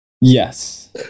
Yes